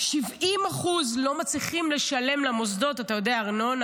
70% לא מצליחים לשלם למוסדות ארנונה,